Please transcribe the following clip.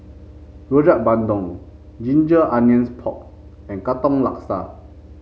Rojak Bandung Ginger Onions Pork and Katong Laksa